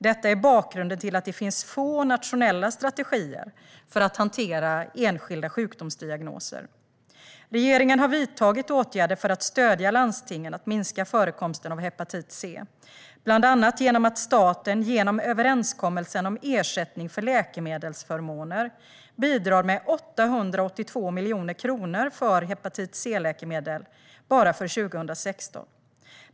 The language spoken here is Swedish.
Detta är bakgrunden till att det finns få nationella strategier för att hantera enskilda sjukdomsdiagnoser. Regeringen har vidtagit åtgärder för att stödja landstingen i att minska förekomsten av hepatit C, bland annat genom att staten genom överenskommelsen om ersättning för läkemedelsförmåner bidrar med 882 miljoner kronor för hepatit C-läkemedel bara för 2016.